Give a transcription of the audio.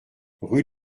rue